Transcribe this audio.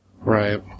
Right